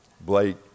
blake